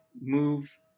move